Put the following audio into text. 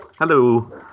Hello